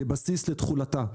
כבסיס לתחולה,